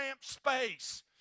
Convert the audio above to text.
space